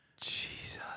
Jesus